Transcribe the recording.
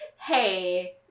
hey